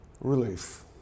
relief